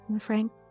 Frank